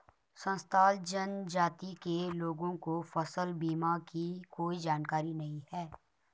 संथाल जनजाति के लोगों को फसल बीमा की कोई जानकारी नहीं है